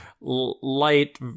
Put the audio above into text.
light